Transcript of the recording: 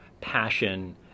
passion